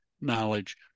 knowledge